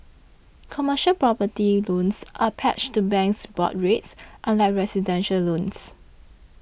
commercial property loans are pegged to banks' board rates unlike residential loans